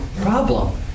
problem